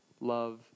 love